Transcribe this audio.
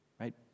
right